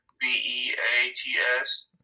B-E-A-T-S